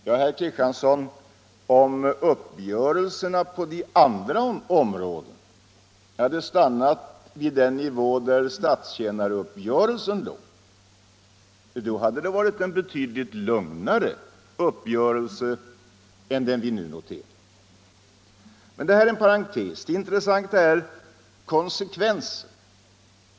Men om man, herr Kristiansson, på de andra områdena hade stannat på samma nivå där statstjänaruppgörelsen ligger hade avtalsrörelsen varit betydligt lugnare än den vi nu noterar. Men detta är en parentes. Det intressanta är konsekvenserna.